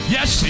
Yes